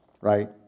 right